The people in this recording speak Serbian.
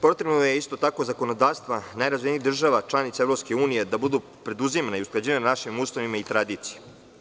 Potrebno je da isto tako zakonodavstva najrazvijenih država članica EU da budu preduzimljive i usklađene sa našim Ustavom i tradicijom.